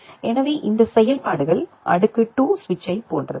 எனவே இந்த செயல்பாடுகள் அடுக்கு 2 சுவிட்சைப் போன்றது